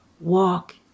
Walk